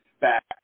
back